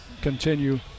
continue